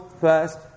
first